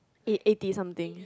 eh eighty something